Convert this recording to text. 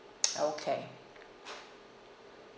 okay